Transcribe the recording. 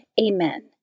Amen